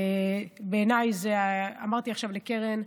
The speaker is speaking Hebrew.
בעיניי, אמרתי עכשיו לקרן,